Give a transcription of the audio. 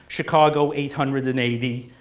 chicago eight hundred and eighty,